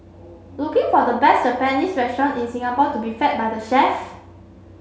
looking for the best Japanese restaurant in Singapore to be fed by the chef